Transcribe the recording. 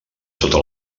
sota